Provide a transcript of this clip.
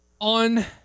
on